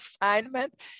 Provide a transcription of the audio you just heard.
assignment